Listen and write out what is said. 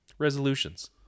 resolutions